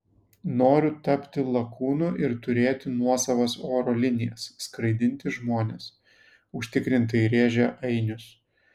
noriu tapti lakūnu ir turėti nuosavas oro linijas skraidinti žmones užtikrintai rėžė ainius